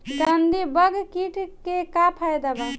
गंधी बग कीट के का फायदा बा?